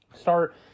start